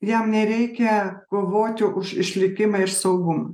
jam nereikia kovoti už išlikimą ir saugumą